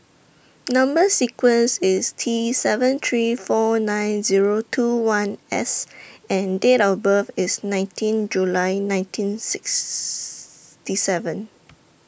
Number sequence IS T seven three four nine Zero two one S and Date of birth IS nineteen July nineteen sixty seven